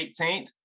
18th